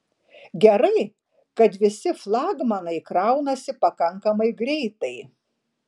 gerai kad visi flagmanai kraunasi pakankamai greitai